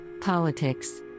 Politics